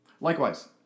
Likewise